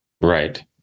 Right